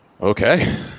Okay